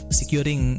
securing